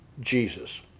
Jesus